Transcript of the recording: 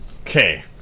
Okay